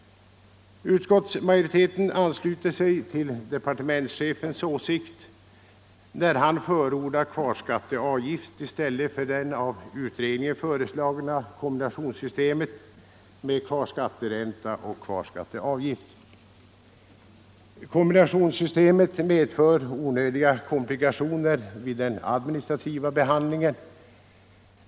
Utskottsmajoriteten ansluter sig till departementschefens åsikt när han förordar kvarskatteavgift i stället för det av utredningen föreslagna kombinationssystemet med kvarskatteränta och kvarskatteavgift. Kombinationssystemet medför onödiga komplikationer vid den administrativa behandlingen.